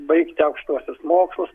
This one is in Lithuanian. baigti aukštuosius mokslus